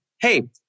hey